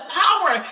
power